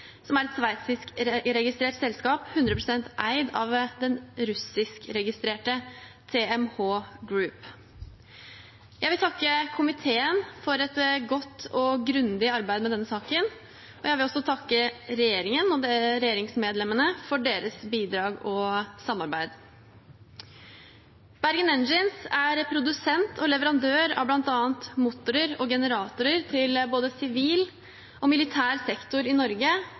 som er et sveitsiskregistrert selskap 100 pst. eid av den russiskregistrerte TMH Group. Jeg vil takke komiteen for et godt og grundig arbeid med denne saken. Jeg vil også takke regjeringen og regjeringsmedlemmene for deres bidrag og samarbeid. Bergen Engines er produsent og leverandør av bl.a. motorer og generatorer til både sivil og militær sektor i Norge